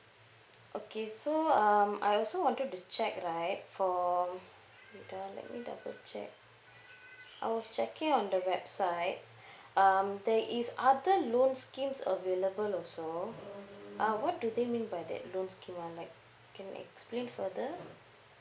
okay so um I also wanted to check right for wait ah let me double check I was checking on the website's um there is other loan schemes available also uh what do they mean by that loan scheme on like can you explain further